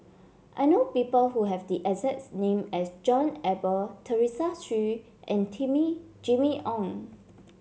I know people who have the exact name as John Eber Teresa Hsu and Jimmy Ong